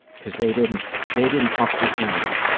because they didn't they didn't up the ante.